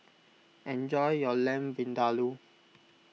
enjoy your Lamb Vindaloo